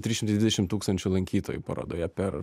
trys šimtai dvidešim tūkstančių lankytojų parodoje per